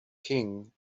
king